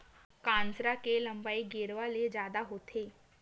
कांसरा के लंबई गेरवा ले जादा होथे